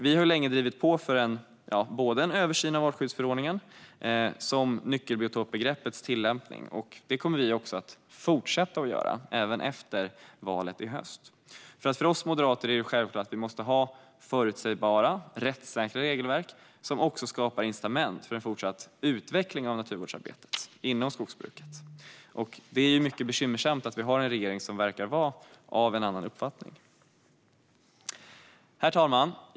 Vi har länge drivit på för en översyn av både artskyddsförordningen och nyckelbiotopbegreppets tillämpning, och det kommer vi att fortsätta göra även efter valet i höst. För oss moderater är det självklart att vi måste ha förutsägbara, rättssäkra regelverk som också skapar incitament för fortsatt utveckling av naturvårdsarbetet inom skogsbruket. Det är mycket bekymmersamt att vi har en regering som verkar vara av en annan uppfattning. Herr talman!